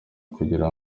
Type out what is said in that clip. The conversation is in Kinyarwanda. kugira